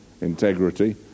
integrity